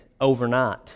overnight